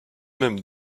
mêmes